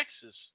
Texas